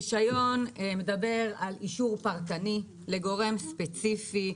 רישיון מדבר על אישור פרטני לגורם ספציפי,